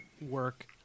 work